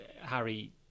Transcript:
Harry